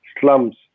slums